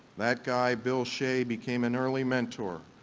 that guy bill shay became an early mentor,